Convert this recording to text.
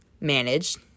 Manage